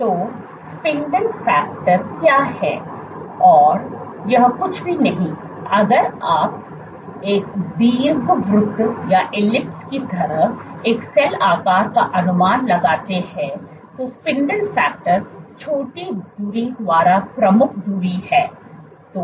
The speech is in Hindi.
तो स्पिंडल फैक्टर क्या है यह कुछ भी नहीं अगर आप एक दीर्घवृत्त की तरह एक सेल आकार का अनुमान लगाते हैं तो स्पिंडल फैक्टर छोटी धुरी द्वारा प्रमुख धुरी है